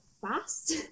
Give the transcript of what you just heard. fast